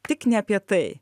tik ne apie tai